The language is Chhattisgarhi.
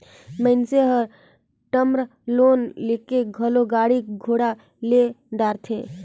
मइनसे हर टर्म लोन लेके घलो गाड़ी घोड़ा ले डारथे